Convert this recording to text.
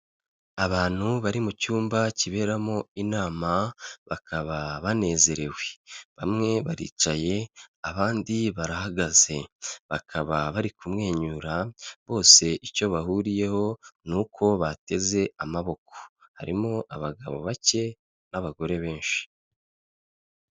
Abantu bari mu cyumba kiberamo inama bakaba banezerewe, bamwe baricaye abandi barahagaze, bakaba bari kumwenyura bose icyo bahuriyeho ni uko bateze amaboko, harimo abagabo bake n'abagore benshi.